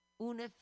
Una